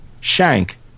Shank